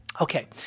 Okay